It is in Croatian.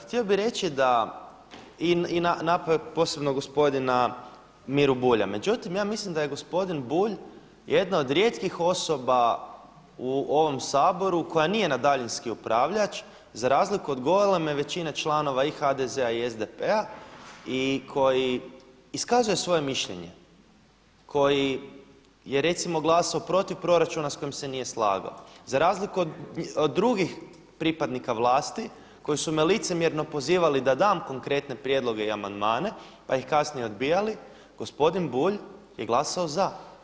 Htio bi reći da, i napao je posebno gospodina Miru Bulja, međutim ja mislim da je gospodin Bulj jedna od rijetkih osoba u ovom Saboru koja nije na daljinski upravljač za razliku od goleme većine članova i HDZ-a i SDP-a i koji iskazuje svoje mišljenje, koji je recimo glasao protiv proračuna s kojim se nije slagao za razliku od drugih pripadnika vlasti koji su me licemjerno pozivali da dam konkretne prijedloge i amandmane pa ih kasnije odbijali gospodin Bulj je glasao za.